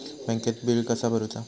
बँकेत बिल कसा भरुचा?